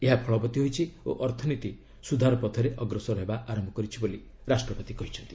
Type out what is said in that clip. ଏହା ଫଳବତୀ ହୋଇଛି ଓ ଅର୍ଥନୀତି ସୁଧାର ପଥରେ ଅଗ୍ରସର ହେବା ଆରମ୍ଭ କରିଛି ବୋଲି ରାଷ୍ଟପତି କହିଛନ୍ତି